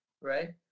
right